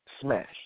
smashed